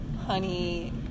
honey